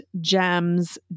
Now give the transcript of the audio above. Gems